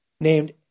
named